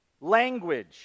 Language